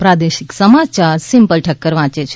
પ્રાદેશિક સમાચાર સિમ્પલ ઠક્કર વાંચે છે